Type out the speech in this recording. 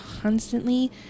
constantly